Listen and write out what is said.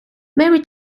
mary